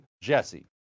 JESSE